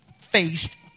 faced